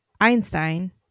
Einstein